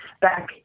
back